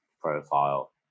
profile